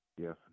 Yes